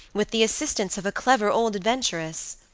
with the assistance of a clever old adventuress.